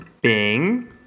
Bing